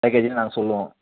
பேக்கேஜுன்னு நாங்கள் சொல்வோம்